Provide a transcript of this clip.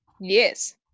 Yes